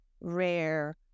rare